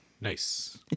Nice